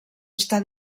està